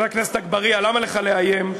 חבר הכנסת אגבאריה, למה לך לאיים?